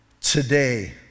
today